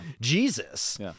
Jesus